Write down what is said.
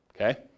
Okay